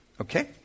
Okay